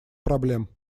проблем